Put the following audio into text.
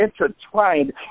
intertwined